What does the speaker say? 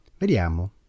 Vediamo